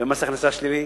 במס הכנסה שלילי.